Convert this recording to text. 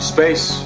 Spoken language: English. Space